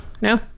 No